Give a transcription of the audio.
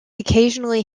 occasionally